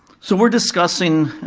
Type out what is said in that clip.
so we're discussing